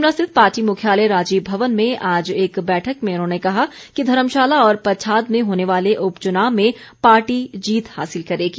शिमला स्थित पार्टी मुख्यालय राजीव भवन में आज एक बैठक में उन्होंने कहा कि धर्मशाला और पच्छाद में होने वाले उपचुनाव में पार्टी जीत हासिल करेगी